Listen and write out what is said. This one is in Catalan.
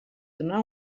donà